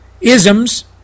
isms